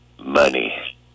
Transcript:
money